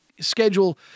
schedule